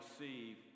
receive